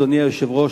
אדוני היושב-ראש,